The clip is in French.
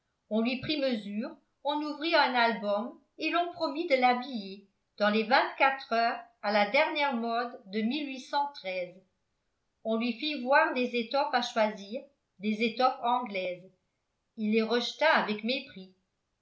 on lui prit mesure on ouvrit un album et l'on promit de l'habiller dans les vingtquatre heures à la dernière mode de on lui fit voir des étoffes à choisir des étoffes anglaises il les rejeta avec mépris